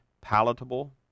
palatable